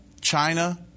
China